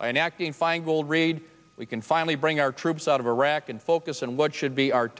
an acting feingold raid we can finally bring our troops out of iraq and focus on what should be our